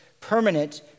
permanent